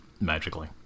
magically